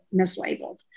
mislabeled